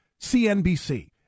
CNBC